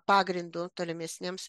pagrindu tolimesniems